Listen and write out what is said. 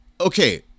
Okay